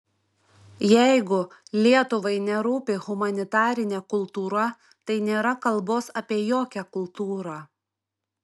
jeigu lietuvai nerūpi humanitarinė kultūra tai nėra kalbos apie jokią kultūrą